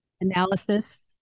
analysis